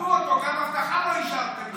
עזבו אותו, גם אבטחה לא השארתם לו.